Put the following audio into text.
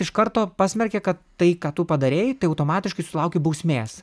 iš karto pasmerkė kad tai ką tu padarei tai automatiškai sulauki bausmės taip